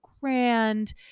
Grand